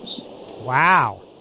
Wow